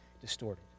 distorted